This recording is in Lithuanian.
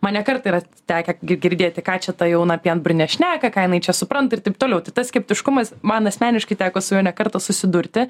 man ne kartą yra tekę gi girdėti ką čia ta jauna pienburnė šneka ką jinai čia supranta ir taip toliau tai tas skeptiškumas man asmeniškai teko su juo ne kartą susidurti